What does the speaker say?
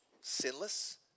sinless